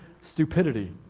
stupidity